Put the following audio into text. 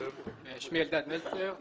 רציתי פה למחות על ההתנהלות של אגף השיקום,